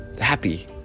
happy